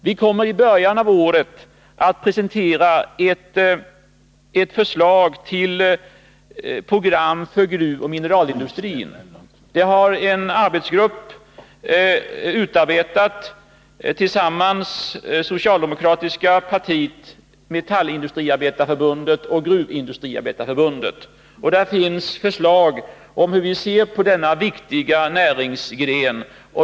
Vi kommer i början av nästa år att presentera ett förslag till 10) december 1981 program för gruvoch mineralindustrin. Detta program har utarbetats av en arbetsgrupp, som bestått av representanter för socialdemokratin, Metallin Kapitaltillskott dustriarbetareförbundet och Gruvindustriarbetareförbundet. Där finns förslag om hur vi ser på denna viktiga näringsgren.